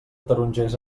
tarongers